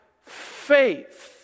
faith